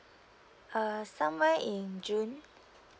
err somewhere in june